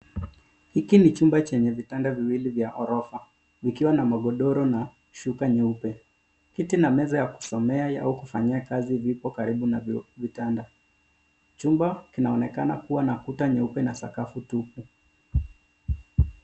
Hiki ni chumba chenye vitanda viwili vya gorofa vikiwa na magodoro na shuka nyeupe. Kiti na meza ya kusomea au kufanyia kazi vipo karibu na vitanda. Chumba kinaonekana kuwa na kuta nyeupe na sakafu tupu.